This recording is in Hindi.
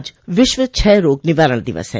आज विश्व क्षयरोग निवारण दिवस है